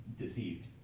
deceived